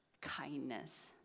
kindness